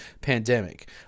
pandemic